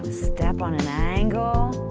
step on an angle